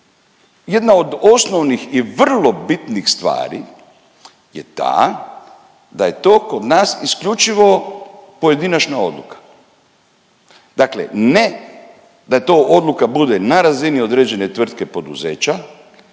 Jedna od osnovnih i vrlo bitnih stvari je ta da je to kod nas isključivo pojedinačna odluka. Dakle, ne da je to odluka bude na razini određene tvrtke poduzeća